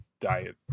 diet